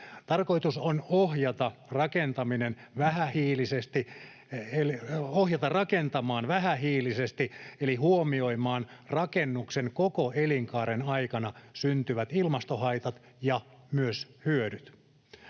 Tarkoitus on ohjata rakentamaan vähähiilisesti eli huomioimaan rakennuksen koko elinkaaren aikana syntyvät ilmastohaitat ja myös -hyödyt.